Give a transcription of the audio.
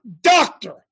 doctor